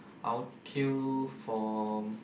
I'll queue for